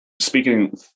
speaking